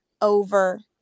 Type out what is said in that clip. over